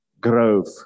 Grove